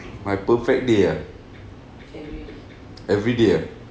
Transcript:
my perfect day ah every day ah